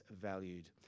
valued